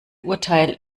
urteil